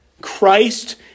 Christ